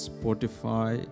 Spotify